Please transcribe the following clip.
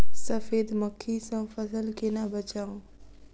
सफेद मक्खी सँ फसल केना बचाऊ?